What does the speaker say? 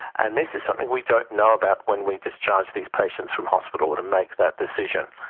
and this is something we don't know about when we discharge these patients from hospital and make that decision.